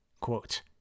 Quote